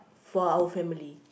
for our family